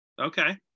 Okay